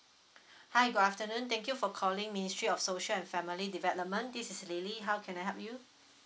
hi good afternoon thank you for calling ministry of social and family development this is lily how can I help you